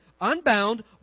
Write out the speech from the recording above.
unbound